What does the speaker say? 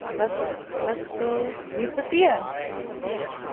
let's let's go meet sophia yeah